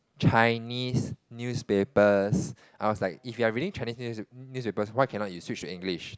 Chinese newspapers I was like if you are reading Chinese news newspaper why can't you switch to English